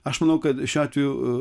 aš manau kad šiuo atveju